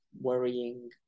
worrying